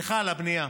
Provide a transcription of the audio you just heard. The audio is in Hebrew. לְךָ, על הבנייה: